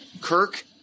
Kirk